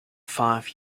five